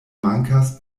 mankas